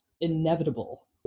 inevitable